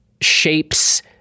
shapes